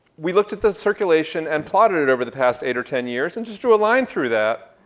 we looked at the circulation and plotted it over the past eight or ten years, and just drew a line through that.